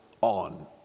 on